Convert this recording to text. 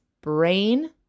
Brain